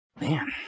Man